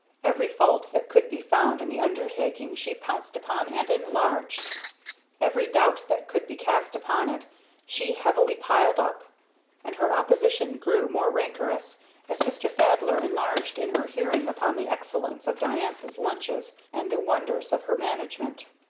every fault that could be found in the undertaking she pounced upon and enlarged every doubt that could be cast upon it she heavily piled up and her opposition grew more rancorous as mr. thaddler enlarged in her hearing upon the excellence of diantha's lunches and the wonders of her management.